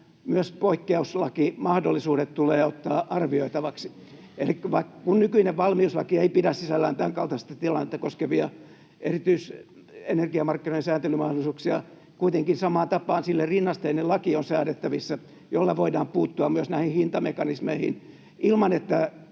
§:n poikkeuslakimahdollisuudet tulee ottaa arvioitaviksi. Eli kun nykyinen valmiuslaki ei pidä sisällään tämän kaltaista tilannetta koskevia energiamarkkinojen sääntelymahdollisuuksia, niin kuitenkin samaan tapaan on säädettävissä sille rinnasteinen laki, jolla voidaan puuttua myös näihin hintamekanismeihin ilman, että